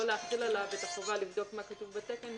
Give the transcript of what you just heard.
לא להחיל עליו את החובה לבדוק מה כתוב בתקן.